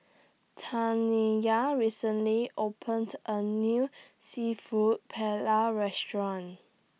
Taniya recently opened A New Seafood Paella Restaurant